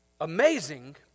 amazing